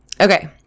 Okay